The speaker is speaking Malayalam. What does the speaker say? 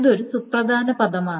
ഇതൊരു സുപ്രധാന പദമാണ്